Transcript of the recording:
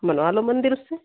बनवा लो मंदिर उससे